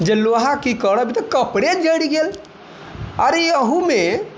जे लोहा की करब ई तऽ कपड़े जरि गेल अरे अहू मे